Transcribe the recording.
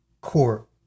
court